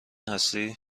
هستی